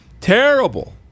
terrible